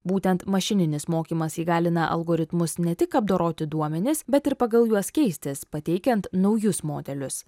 būtent mašininis mokymas įgalina algoritmus ne tik apdoroti duomenis bet ir pagal juos keistis pateikiant naujus modelius